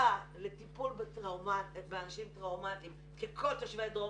מרפאה לטיפול באנשים טראומתיים כי כל תושבי דרום